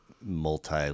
multi